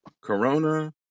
Corona